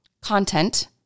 content